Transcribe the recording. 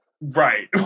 right